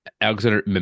Alexander